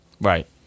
Right